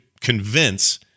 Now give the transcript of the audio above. convince